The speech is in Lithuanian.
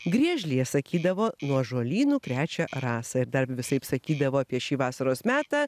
griežlė sakydavo nuo žolynų krečia rasą ir dar visaip sakydavo apie šį vasaros metą